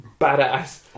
badass